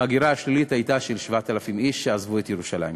ההגירה השלילית הייתה של 7,000 איש שעזבו את ירושלים.